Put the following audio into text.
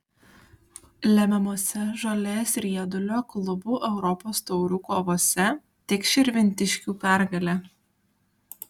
lemiamose žolės riedulio klubų europos taurių kovose tik širvintiškių pergalė